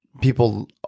people